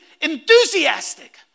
enthusiastic